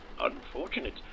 unfortunate